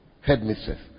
Headmistress